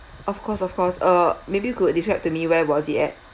of course of course uh maybe could describe to me where was it at